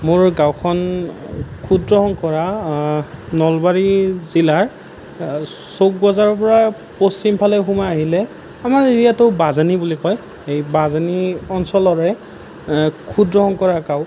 মোৰ গাঁওখন ক্ষুদ্ৰ শংকৰা নলবাৰী জিলাৰ চৌক বজাৰৰ পৰা পশ্চিমফালে সোমাই আহিলে আমাৰ এৰিয়াটো বাজানী বুলি কয় সেই বাজানী অঞ্চলৰে ক্ষুদ্ৰ শংকৰা গাঁও